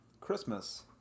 christmas